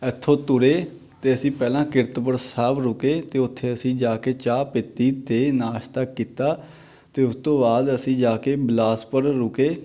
ਇੱਥੋਂ ਤੁਰੇ ਅਤੇ ਅਸੀਂ ਪਹਿਲਾਂ ਕੀਰਤਪੁਰ ਸਾਹਿਬ ਰੁਕੇ ਅਤੇ ਉੱਥੇ ਅਸੀਂ ਜਾ ਕੇ ਚਾਹ ਪੀਤੀ ਅਤੇ ਨਾਸ਼ਤਾ ਕੀਤਾ ਅਤੇ ਉਸ ਤੋਂ ਬਾਅਦ ਅਸੀਂ ਜਾ ਕੇ ਬਿਲਾਸਪੁਰ ਰੁਕੇ